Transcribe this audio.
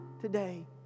today